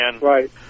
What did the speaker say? Right